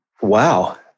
Wow